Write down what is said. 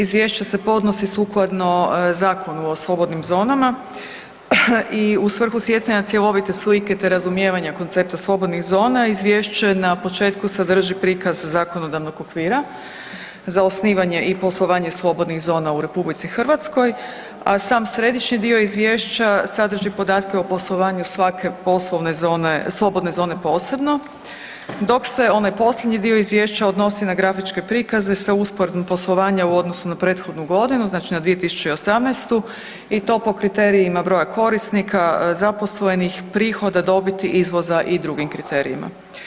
Izvješće se podnosi sukladno Zakonu o slobodnim zonama i u svrhu stjecanja cjelovite slike te razumijevanja koncepta slobodnih zona izvješće na početku sadrži prikaz zakonodavnog okvira za osnivanje i poslovanje slobodnih zona u RH, a sam središnji dio izvješća sadrži podatke o poslovanju svake poslovne zone, slobodne zone posebno, dok se onaj posljednji dio izvješća odnosi na grafičke prikaze sa usporedbom poslovanja u odnosu na prethodnu godinu znači na 2018. i to po kriterijima broja korisnika, zaposlenih, prihoda, dobiti, izvoza i drugim kriterijima.